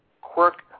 quirk